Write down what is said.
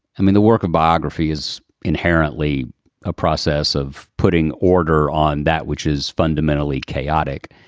i mean, the work of biography is inherently a process of putting order on that which is fundamentally chaotic.